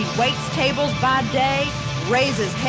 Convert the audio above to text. waits tables. bob day raises